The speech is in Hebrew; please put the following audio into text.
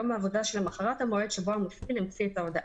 ביום העבודה שלמחרת המועד שבו המפעיל המציא את ההודעה.